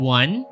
one